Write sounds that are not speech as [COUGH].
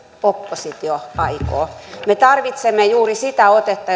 oppositio aikoo me tarvitsemme juuri sitä otetta [UNINTELLIGIBLE]